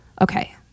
Okay